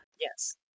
yes